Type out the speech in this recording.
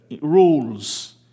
rules